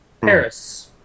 Paris